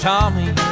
Tommy